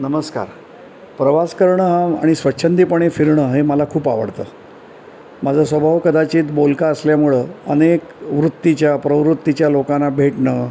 नमस्कार प्रवास करणं आणि स्वच्छंदीपणे फिरणं हे मला खूप आवडतं माझा स्वभाव कदाचित बोलका असल्यामुळं अनेक वृत्तीच्या प्रवृत्तीच्या लोकांना भेटणं